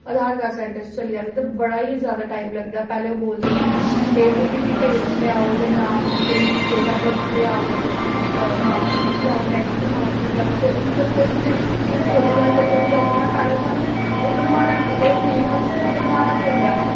ते Aadhaar card centre च चली जाना ते पर के जादै टाइम लगदा ओह् बोलदे के एह्दी डिटेल्स लेई आओ नाम कोई डेट ऑफ बर्थ लेई आओ मार्क्स शीट्स लेई आओ टैन्थ दी मार्क्स शीट लेई आओ कोई बी मतलब कोई बी चीज़ लेई आंदे हे कोई बी डॉक्युमेंट पैह्लें स्हानूं ओह् बनवाना अगर ओह् नेईं होऐ तां ओह् बनवाना पौंदा ऐ